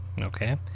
Okay